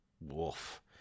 Wolf